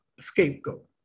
scapegoat